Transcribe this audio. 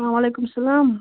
وعلیکُم اسلام